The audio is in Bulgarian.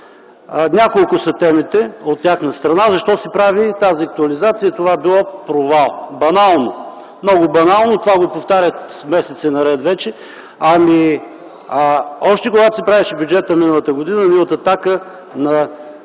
Няколко са темите от тяхна страна – защо се прави тази актуализация, това било провал. Банално! Много банално. Това го повтарят вече месеци наред. Още когато се правеше бюджетът миналата година, ние от „Атака” на